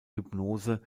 hypnose